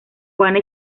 juana